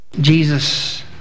Jesus